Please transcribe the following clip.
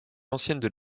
anciennes